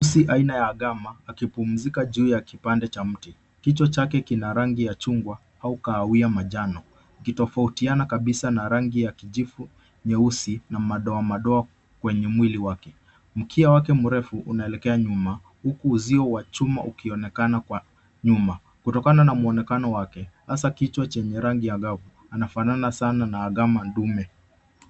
Mjusi aina gama akipumzika juu ya kipande cha mti. Kichwa chake kina rangi ya chungwa au kahawia manjano, ikitofautiana kabisa na rangi ya kijivu, nyeusi na madoamadoa kwenye mwili wake. Mkia wake mrefu unaelekea nyuma huku uzio wa chuma ukionekana kwa nyuma. Kutokana na muonekano wake hasa kichwa chenye hasa kichwa chenye rangi angavu anafanana sana na gama dume.